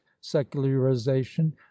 secularization